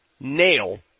nail